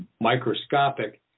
microscopic